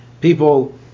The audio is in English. People